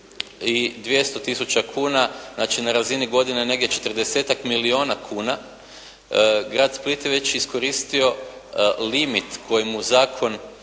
i 200 tisuća kuna, znači na razini godine negdje 40-ak milijuna kuna, grad Split je već iskoristio limit koji mu Zakon